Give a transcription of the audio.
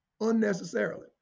unnecessarily